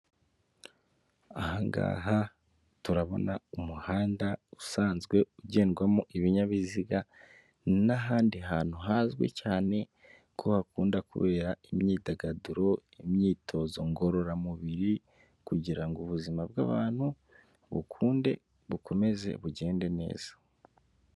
Ahangaha turabona umuhanda usanzwe ugendwamo ibinyabiziga n'ahandi hantu hazwi cyane ko hakunda kubera imyidagaduro, imyitozo ngororamubiri, kugirango ubuzima bw'abantu bukunde bukomeze bugende neza.